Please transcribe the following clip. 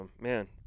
man